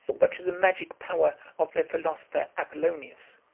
but to the magic power of the philosopher apollonius,